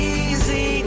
easy